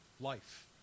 life